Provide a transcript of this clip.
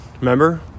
Remember